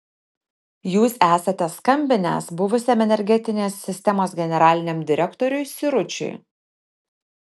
jūs esate skambinęs buvusiam energetinės sistemos generaliniam direktoriui siručiui